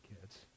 kids